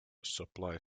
supply